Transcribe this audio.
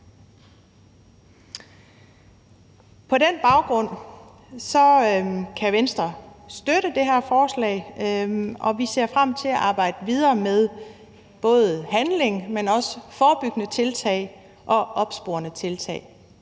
På den baggrund kan Venstre støtte det her forslag, og vi ser frem til at arbejde videre med både handling, men også forebyggende tiltag og opsporende tiltag.